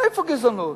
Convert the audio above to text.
איפה גזענות?